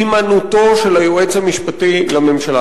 הימנעותו של היועץ המשפטי לממשלה,